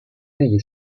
negli